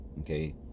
Okay